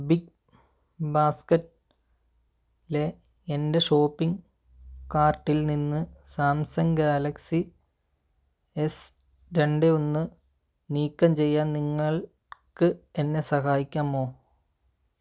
big ബാസ്ക്കറ്റിലെ എൻ്റെ shopping കാർട്ടിൽ നിന്ന് സാംസങ് ഗാലക്സി എസ് രണ്ട് ഒന്ന് നീക്കം ചെയ്യാൻ നിങ്ങൾ ക്ക് എന്നെ സഹായിക്കാമോ